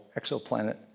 Exoplanet